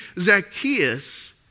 Zacchaeus